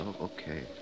okay